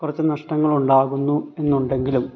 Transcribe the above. കുറച്ച് നഷ്ടങ്ങളുണ്ടാകുന്നു എന്നുണ്ടെങ്കിലും